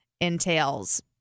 entails